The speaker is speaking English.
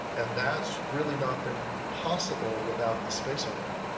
and that's really not been possible without the space elevator.